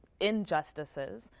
injustices